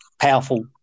powerful